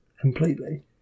completely